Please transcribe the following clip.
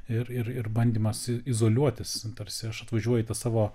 ir ir ir bandymas izoliuotis tarsi aš atvažiuoju į tą savo